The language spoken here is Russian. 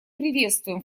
приветствуем